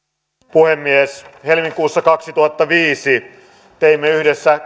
puhemies helmikuussa kaksituhattaviisitoista teimme yhdessä